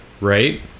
right